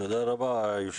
תודה רבה, היושב-ראש,